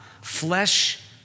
flesh